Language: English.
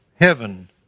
heaven